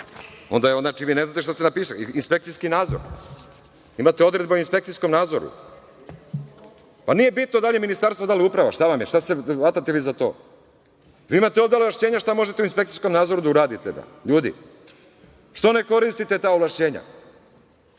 Onda vi ne znate šta ste napisali. Inspekcijski nadzor, imate odredba o inspekcijskom nadzoru. Nije bitno da li je ministarstvo, da li uprava, šta vam je, šta se hvatate vi za to? Vi imate ovde ovlašćenja šta možete u inspekcijskom nadzoru da uradite, ljudi. Što ne koristite ta ovlašćenja? Onda